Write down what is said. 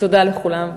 תודה לכולם.